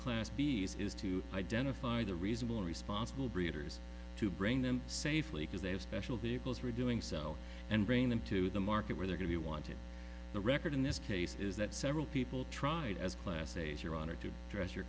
class b s is to identify the reasonable responsible breeders to bring them safely because they have special vehicles were doing so and bringing them to the market where they're going to want it the record in this case is that several people tried as class a's your honor to address your